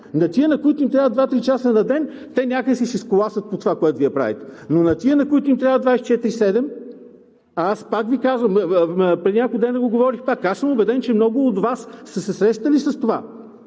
на тези, на които им трябва два-три часа на ден, те някак си ще сколасат по това, което Вие правите, но на тези, които им трябва 24/7, а аз, пак Ви казвам, преди няколко дни го говорих пак, убеден съм, че много от Вас са се срещали с това,